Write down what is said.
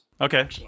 Okay